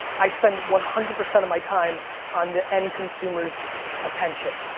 i spend one hundred percent of my time on the end consumer's attention.